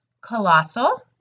Colossal